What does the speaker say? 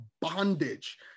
bondage